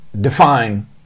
define